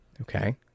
Okay